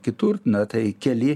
kitur na tai keli